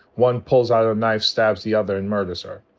one pulls out a knife stabs the other and murders um